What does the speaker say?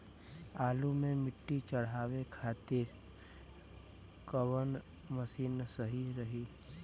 आलू मे मिट्टी चढ़ावे खातिन कवन मशीन सही रही?